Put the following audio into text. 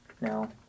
No